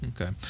Okay